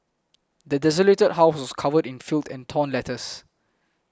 the desolated house was covered in filth and torn letters